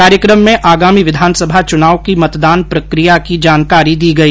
कार्यक्रम में आगामी विधानसभ चुनाव के मतदान प्रक्रिया की जानकारी दी गई